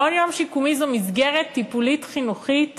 מעון-יום שיקומי הוא מסגרת טיפולית חינוכית